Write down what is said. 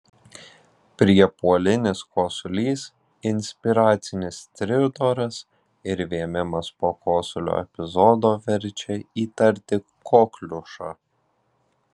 priepuolinis kosulys inspiracinis stridoras ir vėmimas po kosulio epizodo verčia įtarti kokliušą